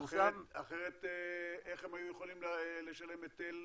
פורסם --- אחרת איך הם היו יכולים לשלם היטל